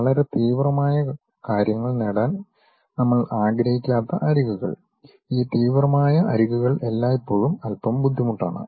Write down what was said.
വളരെ തീവ്രമായ കാര്യങ്ങൾ നേടാൻ നമ്മൾ ആഗ്രഹിക്കാത്ത അരികുകൾ ഈ തീവ്രമായ അരികുകൾ എല്ലായ്പ്പോഴും അൽപ്പം ബുദ്ധിമുട്ടാണ്